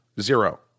Zero